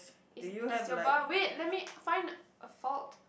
is is your bar wait let me find a fault